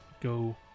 go